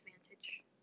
advantage